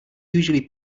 usually